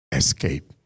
escape